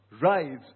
rise